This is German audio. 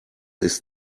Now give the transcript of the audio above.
ist